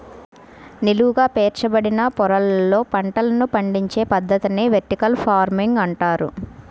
నిలువుగా పేర్చబడిన పొరలలో పంటలను పండించే పద్ధతిని వెర్టికల్ ఫార్మింగ్ అంటారు